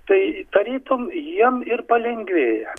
tai tarytum jiem ir palengvėja